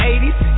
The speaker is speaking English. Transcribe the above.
80's